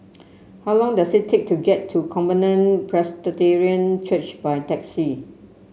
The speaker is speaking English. how long does it take to get to Covenant Presbyterian Church by taxi